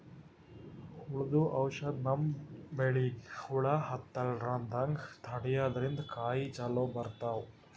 ಹುಳ್ದು ಔಷಧ್ ನಮ್ಮ್ ಬೆಳಿಗ್ ಹುಳಾ ಹತ್ತಲ್ಲ್ರದಂಗ್ ತಡ್ಯಾದ್ರಿನ್ದ ಕಾಯಿ ಚೊಲೋ ಬರ್ತಾವ್